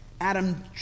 Adam